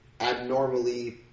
abnormally